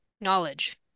knowledge